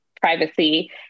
privacy